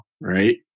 right